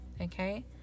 Okay